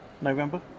November